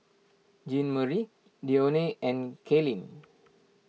Jeanmarie Dione and Kailyn